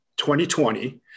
2020